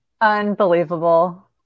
Unbelievable